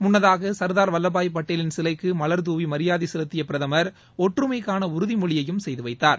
முன்னதாக சர்தார் வல்லபாய் பட்டேலின் சிலைக்கு மலர் தூவி மரியாதை செலுத்திய பிரதமர் ஒற்றுமைக்கான உறுதிமொழியையும் செய்துவைத்தார்